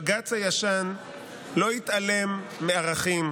בג"ץ הישן לא התעלם מערכים,